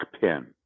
pin